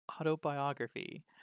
Autobiography